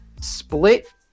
split